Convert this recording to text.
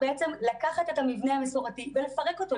בעצם לקחת את המבנה המסורתי ולפרק אותו,